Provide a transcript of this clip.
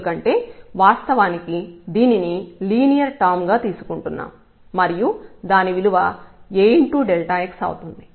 ఎందుకంటే వాస్తవానికి దీనిని లీనియర్ టర్మ్ గా తీసుకుంటున్నాం మరియు దాని విలువ Ax అవుతుంది